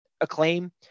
Acclaim